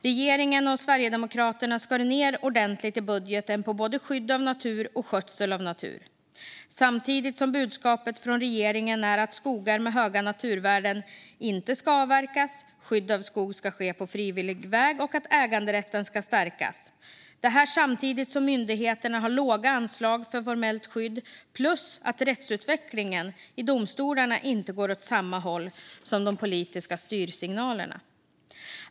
Regeringen och Sverigedemokraterna skar ned ordentligt i budgeten på både skydd av natur och skötsel av natur. Samtidigt är budskapet från regeringen att skogar med höga naturvärden inte ska avverkas, att skydd av skog ska ske på frivillig väg och att äganderätten ska stärkas. Detta ska ske samtidigt som myndigheterna har låga anslag för formellt skydd och rättsutvecklingen i domstolarna inte går åt samma håll som de politiska styrsignalerna.